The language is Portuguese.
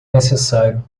necessário